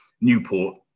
Newport